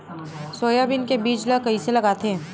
Soybean के बीज ल कइसे लगाथे?